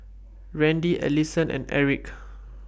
Randi Ellison and Erick